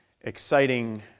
exciting